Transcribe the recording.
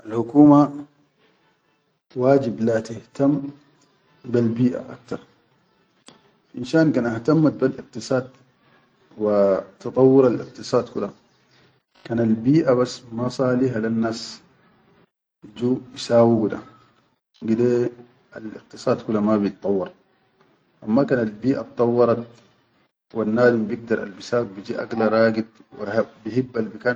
Alhukuma wajib laha tihtam bel biʼa aktar fishan kan ihtammat bel iqtisaad wa tadawwural iqtisaad kula kan al biʼa bas ma saliha lennas biju bisawgu da, gide al iqtisaad kula biddawwar, amma kan al biʼaddawwarat wannadum bigdar al bisawuk biji agila ragit wa bihib.